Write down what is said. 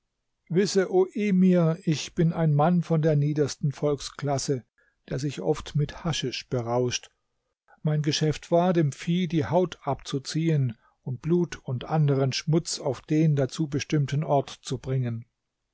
emir ich bin ein mann von der niedersten volksklasse der sich oft mit haschisch berauscht mein geschäft war dem vieh die haut abzuziehen und blut und anderen schmutz auf den dazu bestimmten ort zu bringen